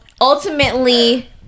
ultimately